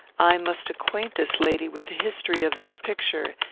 i must acquaint this lady with the history of this picture,